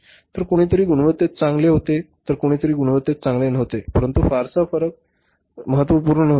तर कुणीतरी गुणवत्तेत चांगले होते तर कोणीतरी गुणवत्तेत चांगले नव्हते परंतु फरक फारसा महत्त्वपूर्ण नव्हता